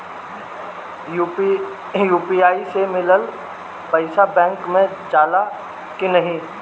UPI से मिलल पईसा बैंक मे जाला की नाहीं?